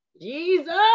Jesus